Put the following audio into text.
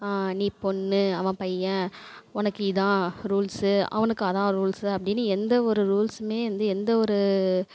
நீ பொண்ணு அவன் பையன் உனக்கு இதான் ரூல்ஸு அவனுக்கு அதான் ரூல்ஸு அப்படின்னு எந்த ஒரு ரூல்ஸுமே வந்து எந்த ஒரு